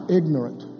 ignorant